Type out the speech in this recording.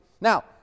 Now